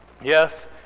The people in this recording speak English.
Yes